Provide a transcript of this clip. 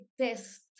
test